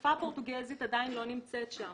השפה הפורטוגזית עדיין לא נמצאת שם.